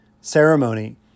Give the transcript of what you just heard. ceremony